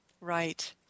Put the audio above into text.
Right